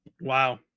Wow